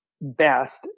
best